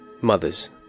mothers